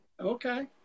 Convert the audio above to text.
Okay